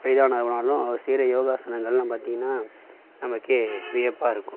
வயதானவங்கனாலும் அவர் செய்யற யோகாசனங்கள்லாம் பார்த்தீங்கன்னா நமக்கே வியப்பாக இருக்கும்